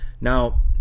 Now